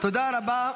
תודה רבה.